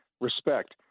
respect